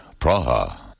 Praha